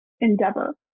endeavor